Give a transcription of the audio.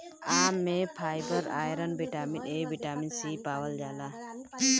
आम में fibre, iron, vitamin A, vitamin C पावल जाला